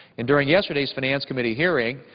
and during yesterday's finance committee hearing,